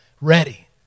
ready